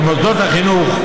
במוסדות החינוך,